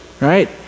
right